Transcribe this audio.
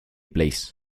place